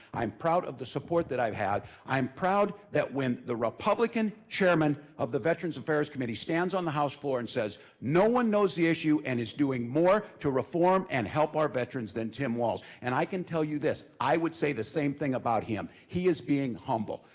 i'm proud of the support that i've had, i'm proud that when the republican chairman of the veterans affairs committee stands on the house floor and says no one knows the issue and is doing more to reform and help our veterans than tim walz. and i can tell you this i would say the same thing about him. he is being humble.